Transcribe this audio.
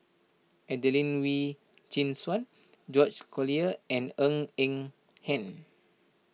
Adelene Wee Chin Suan George Collyer and Ng Eng Hen